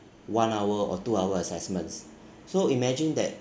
one hour or two hour assessments so imagine that